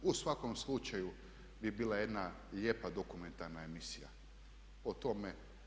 U svakom slučaju bi bila jedna lijepa dokumentarna emisija o tome.